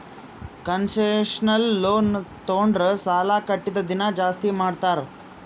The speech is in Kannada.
ಕನ್ಸೆಷನಲ್ ಲೋನ್ ತೊಂಡುರ್ ಸಾಲಾ ಕಟ್ಟದ್ ದಿನಾ ಜಾಸ್ತಿ ಮಾಡ್ತಾರ್